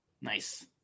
nice